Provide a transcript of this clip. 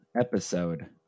episode